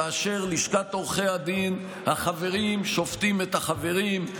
כאשר בלשכת עורכי הדין החברים שופטים את החברים.